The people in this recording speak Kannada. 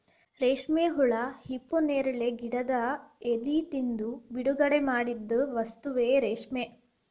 ರೇಶ್ಮೆ ಹುಳಾ ಹಿಪ್ಪುನೇರಳೆ ಗಿಡದ ಎಲಿ ತಿಂದು ಬಿಡುಗಡಿಮಾಡಿದ ವಸ್ತುವೇ ರೇಶ್ಮೆ